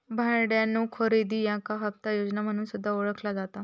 भाड्यानो खरेदी याका हप्ता योजना म्हणून सुद्धा ओळखला जाता